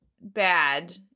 bad